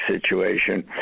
situation